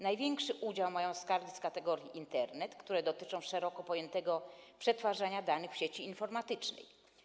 Największy udział mają skargi z kategorii: Internet, które dotyczą szeroko pojętego przetwarzania danych w sieci informatycznej.